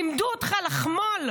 לימדו אותך לחמול,